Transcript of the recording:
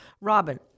Robin